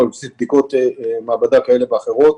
או על בסיס בדיקות מעבדה כאלה ואחרות.